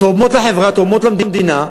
תורמות לחברה, תורמות למדינה,